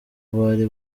bari